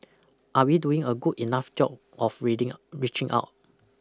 are we doing a good enough job of reading reaching out